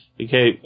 okay